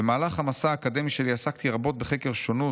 במהלך המסע האקדמי שלי עסקתי רבות בחקר שונות,